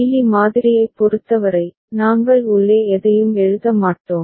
Mealy மாதிரியைப் பொறுத்தவரை நாங்கள் உள்ளே எதையும் எழுத மாட்டோம்